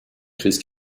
crise